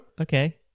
Okay